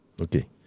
Okay